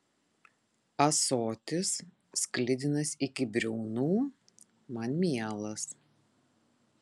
ąsotis sklidinas iki briaunų man mielas